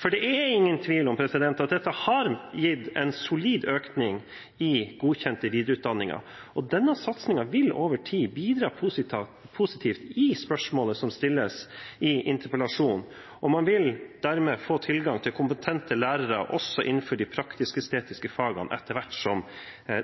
For det er ingen tvil om at dette har gitt en solid økning i godkjente videreutdanninger, og denne satsingen vil over tid bidra positivt i spørsmålet som stilles i interpellasjonen. Man vil dermed få tilgang til kompetente lærere også innenfor de praktisk-estetiske fagene etter hvert som